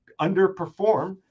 underperform